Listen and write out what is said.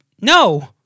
No